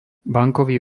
bankový